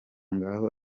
ngaho